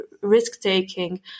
risk-taking